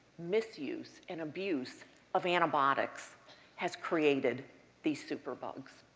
misuse, and abuse of antibiotics has created these superbugs.